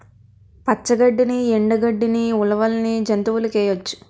పచ్చ గడ్డిని ఎండు గడ్డని ఉలవల్ని జంతువులకేయొచ్చు